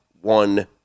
one